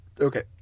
Okay